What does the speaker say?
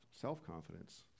self-confidence